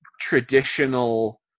traditional